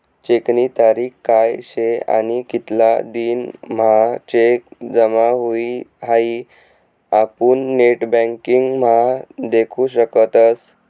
चेकनी तारीख काय शे आणि कितला दिन म्हां चेक जमा हुई हाई आपुन नेटबँकिंग म्हा देखु शकतस